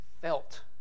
felt